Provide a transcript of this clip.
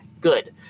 good